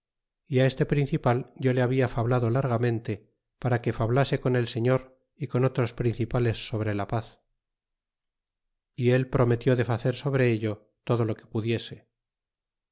este principal yo le habla tablado largamente para que fablase con el señor y con otros principales sobre la paz y él e prometió de facer sobre ello todo lo que pudiese